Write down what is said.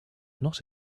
not